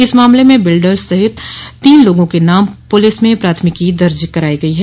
इस मामले में बिल्डर्स सहित तीन लोगों के नाम पुलिस में प्राथमिकी दर्ज करायी गई है